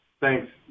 Thanks